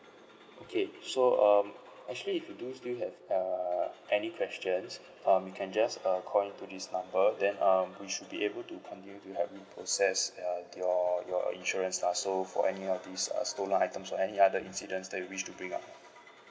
okay so um actually if you do still have uh any questions um you can just uh call in to this number then um we should be able to continue to help you process uh your your insurance lah so for any of this uh stolen items or any other incidents that you wish to bring up